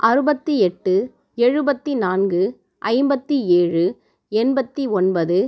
அறுபத்தி எட்டு எழுபத்தி நான்கு ஐம்பத்தி ஏழு எண்பத்தி ஒன்பது